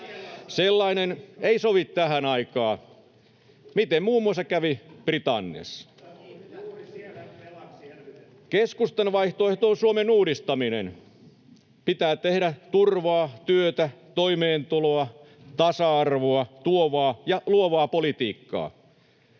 [Ben Zyskowicz: Juuri siellä velaksi elvytettiin!] Keskustan vaihtoehto on Suomen uudistaminen. Pitää tehdä turvaa, työtä, toimeentuloa ja tasa-arvoa tuovaa ja luovaa politiikkaa.